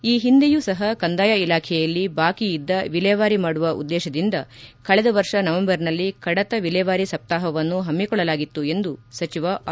ಈ ಹಿಂದೆಯೂ ಸಹ ಕಂದಾಯ ಇಲಾಖೆಯಯಲ್ಲಿ ಬಾಕಿ ಇದ್ದ ವಿಲೇವಾರಿ ಮಾಡುವ ಉದ್ದೇಶದಿಂದ ಕಳೆದ ವರ್ಷ ನವೆಂಬರ್ನಲ್ಲಿ ಕಡತ ವಿಲೇವಾರಿ ಸಪ್ತಾಹವನ್ನು ಹಮ್ಮಿಕೊಳ್ಳಲಾಗಿತ್ತು ಎಂದು ಸಚಿವ ಆರ್